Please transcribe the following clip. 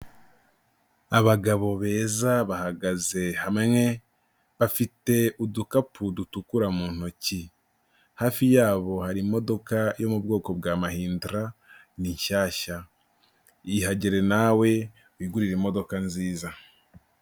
Abagabo beza bahagaze hamwe bafite udukapu dutukura mu ntoki, hafi yabo hari imodoka yo mu bwoko bwa Mahindra ni shyashya, hagire nawe wigurira imodoka nziza.